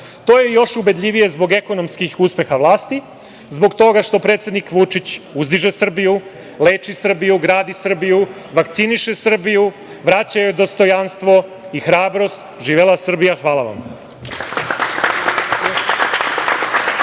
to je još ubedljivije zbog ekonomskih uspeha vlasti, zbog toga što predsednik Vučić uzdiže Srbiju, leči Srbiju, gradi Srbiju, vakciniše Srbiju, vraća joj dostojanstvo i hrabrost. Živela Srbija! Hvala vam.